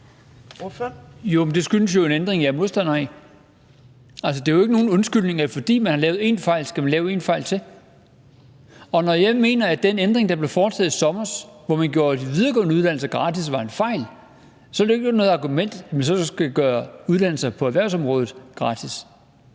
det skyldes jo en ændring, jeg er modstander af. Altså, det er jo ikke nogen undskyldning for, at man har lavet én fejl, at man laver en fejl til. Og når jeg mener, at den ændring, der blev foretaget i sommer, hvor vi gjorde de videregående uddannelser gratis, var en fejl, så vil det jo ikke være noget argument for, at man så skal gøre uddannelser på erhvervsområdet gratis.